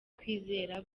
kwizera